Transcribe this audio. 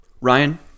Ryan